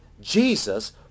jesus